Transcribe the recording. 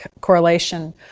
correlation